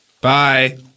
Bye